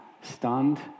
stunned